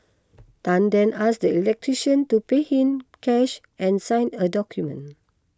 Tan then asked the electrician to pay in cash and sign a document